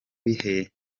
bihe